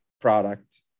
product